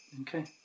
okay